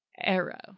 arrow